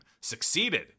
succeeded